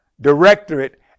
directorate